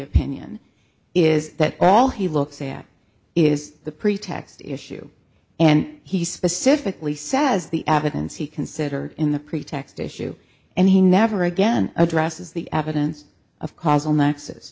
opinion is that all he looks at is the pretext issue and he specifically says the evidence he considered in the pretext issue and he never again addresses the evidence of causal nexus